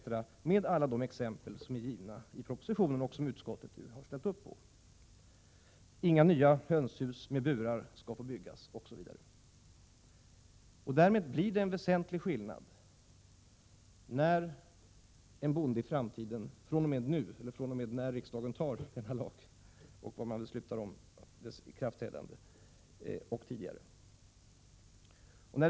I enlighet med alla de exempel som är givna i propositionen, som utskottet nu har ställt sig bakom, gäller för övrigt även att inga nya hönshus med burar skall få byggas osv. För en bonde blir det fr.o.m. den tidpunkt då riksdagen antar denna lag och beslutar om dess ikraftträdande alltså fråga om en väsentlig skillnad.